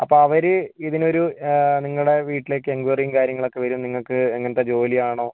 അപ്പം അവര് ഇതിനൊരു നിങ്ങളുടെ വീട്ടിലേക്ക് എൻക്വയറിയും കാര്യങ്ങളൊക്കെ വരും നിങ്ങൾക്ക് എങ്ങനത്തെ ജോലിയാണോ